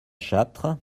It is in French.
châtre